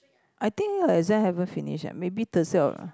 I think her exam haven't finish eh maybe Thursday or